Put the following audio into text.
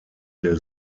der